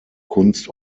kunst